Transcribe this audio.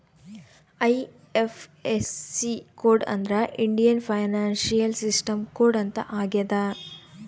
IFSC code ಅಂದ್ರೆ Indian financial system code ಅಂತ ಆಗ್ಯದ